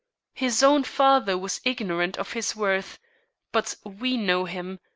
his own father was ignorant of his worth but we know him,